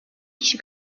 kişi